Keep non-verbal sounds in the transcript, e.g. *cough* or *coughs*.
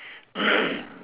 *coughs*